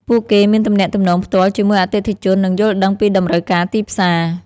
ពួកគេមានទំនាក់ទំនងផ្ទាល់ជាមួយអតិថិជន និងយល់ដឹងពីតម្រូវការទីផ្សារ។